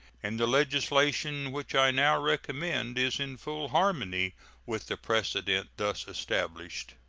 and the legislation which i now recommend is in full harmony with the precedent thus established.